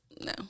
No